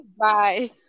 Bye